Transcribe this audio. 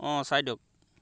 অঁ চাই দিয়ক